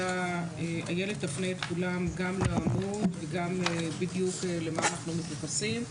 איילת תפנה את כולם גם לעמוד וגם בדיוק למה אנחנו מתייחסים.